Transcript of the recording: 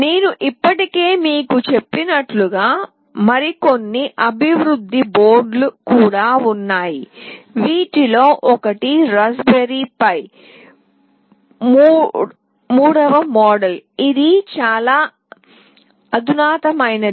నేను ఇప్పటికే మీకు చెప్పినట్లుగా మరికొన్ని అభివృద్ధి బోర్డులు కూడా ఉన్నాయి వీటిలో ఒకటి రాస్ప్బెర్రీ పై 3 మోడల్ ఇది చాలా అధునాతనమైనది